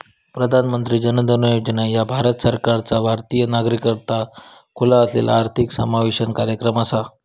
प्रधानमंत्री जन धन योजना ह्या भारत सरकारचा भारतीय नागरिकाकरता खुला असलेला आर्थिक समावेशन कार्यक्रम असा